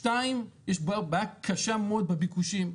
הדבר השני, יש בעיה קשה מאוד של ביקושים.